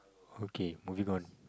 okay moving on